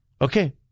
Okay